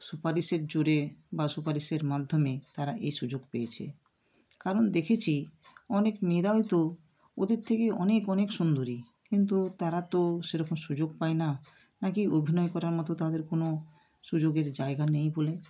সুপারিশের জোরে বা সুপারিশের মাধ্যমে তারা এই সুযোগ পেয়েছে কারণ দেখেছি অনেক মেয়েরা হয়তো ওদের থেকে অনেক অনেক সুন্দরী কিন্তু তারা তো সেরকম সুযোগ পায় না না কি অভিনয় করার মতো তাদের কোনো সুযোগের জায়গা নেই বলে